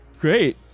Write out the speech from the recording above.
Great